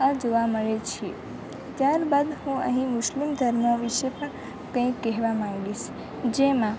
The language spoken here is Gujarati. આ જોવા મળે છે ત્યારબાદ હું અહીં મુસ્લિમ ધર્મ વિશે પણ કંઈ કહેવા માગીશ જેમાં